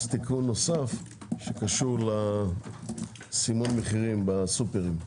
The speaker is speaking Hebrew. תיקון נוסף שקשור לסימון מחירים בסופרים.